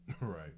right